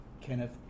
Kenneth